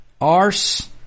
arse